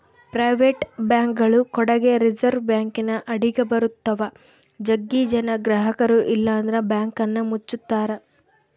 private ಬ್ಯಾಂಕ್ಗಳು ಕೂಡಗೆ reserve ಬ್ಯಾಂಕಿನ ಅಡಿಗ ಬರುತ್ತವ, ಜಗ್ಗಿ ಜನ ಗ್ರಹಕರು ಇಲ್ಲಂದ್ರ ಬ್ಯಾಂಕನ್ನ ಮುಚ್ಚುತ್ತಾರ